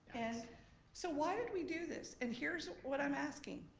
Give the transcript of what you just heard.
and so why did we do this? and here's what i'm asking.